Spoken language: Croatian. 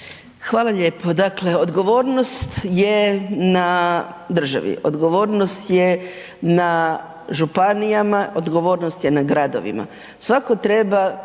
Hvala lijepo. Dakle, odgovornost je na državi, odgovornost je na županijama, odgovornost je na gradovima.